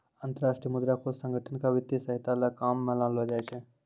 अन्तर्राष्ट्रीय मुद्रा कोष संगठन क वित्तीय सहायता ल काम म लानलो जाय छै